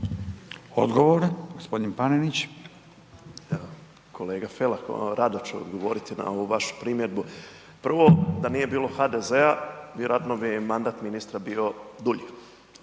Tomislav (MOST)** Kolega Felak rado ću vam odgovoriti na ovu vašu primjedbu. Prvo da nije bilo HDZ-a vjerojatno bi mandatni ministar bio dulji.